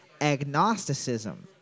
agnosticism